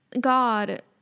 God